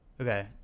Okay